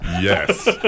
Yes